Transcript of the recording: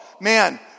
man